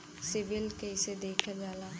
CIBIL कैसे देखल जाला?